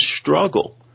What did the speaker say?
struggle